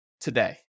today